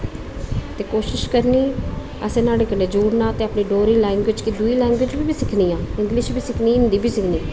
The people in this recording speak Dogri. ते कोशश करनी असें नहाड़े कन्नै जुड़ना ते अपनी डोगरी लैंग्वेज़ गी दुई लैंग्वेज़ बी सिक्खनियां इंगलिश बी सिक्खनी हिन्दी बी सिक्खनी